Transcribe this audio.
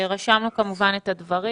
רשמנו את הדברים